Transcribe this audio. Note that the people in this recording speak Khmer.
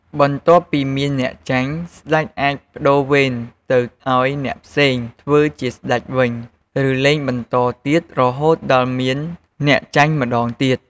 បន្ទាប់ពីមានអ្នកចាញ់ ស្តេចអាចប្តូរវេនទៅឱ្យអ្នកផ្សេងធ្វើជាស្តេចវិញ ឬលេងបន្តទៀតរហូតដល់មានអ្នកចាញ់ម្ដងទៀត។